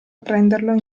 prenderlo